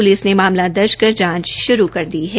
police ने मामला दर्ज कर जांच शुरू कर दी है